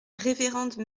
révérende